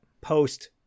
post